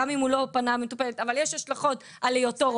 גם אם הוא לא פגע במטופלת אבל יש השלכות להיות רופא